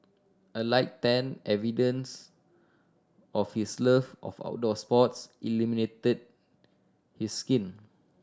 a light tan evidence of his love of outdoor sports illuminated his skin